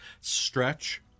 stretch